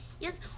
Yes